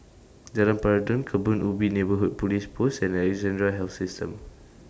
Jalan Peradun Kebun Ubi Neighbourhood Police Post and Alexandra Health System